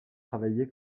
travaillé